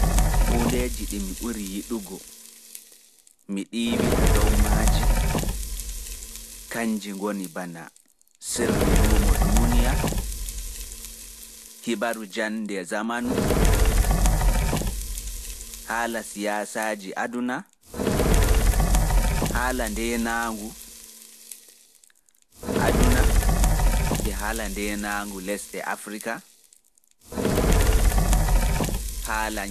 Kuujeji ɗi mi yiɗi mi wolwa dow maaji kam kanji ngoni sirri luumo duuniyaru, hibaru jannde zamanu, haala siyaasaji aduna, haala ndenaangu aduna e ko lutti.